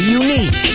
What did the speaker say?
unique